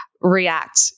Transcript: react